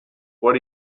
what